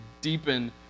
deepen